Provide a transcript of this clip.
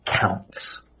counts